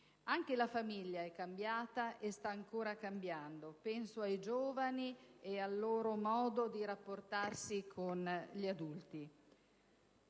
Anche la famiglia è cambiata e sta ancora cambiando: penso ai giovani e al loro modo di rapportarsi con gli adulti.